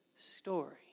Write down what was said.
story